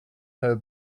her